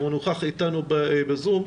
שנוכח אתנו בזום,